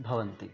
भवन्ति